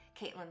Caitlin